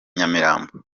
nyamirambo